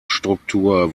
struktur